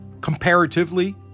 comparatively